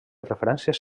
referències